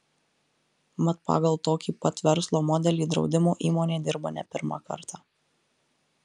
mat pagal tokį pat verslo modelį draudimo įmonė dirba ne pirmą kartą